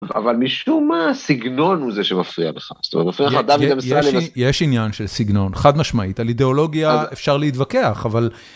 אבל משום מה, סגנון הוא זה שמפריע לך. זאת אומרת, בפריחת דוד אמסלם... יש עניין של סגנון, חד משמעית, על אידיאולוגיה אפשר להתווכח, אבל...